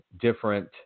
different